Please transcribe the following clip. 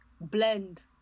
blend